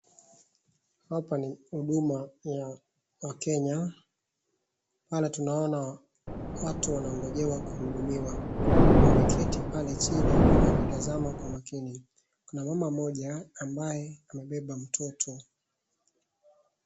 Hapa ni huduma ya wakenya, pale tunaona watu wanaongojewa kuhudumiwa. wameketi pale chini wakitazama kwa makini. Kuna mama mmoja ambaye amebeba mtoto.